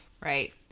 Right